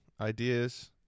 Ideas